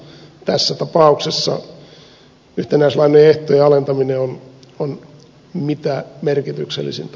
tässä tapauksessa yhtenäislainojen ehtojen alentaminen on mitä merkityksellisintä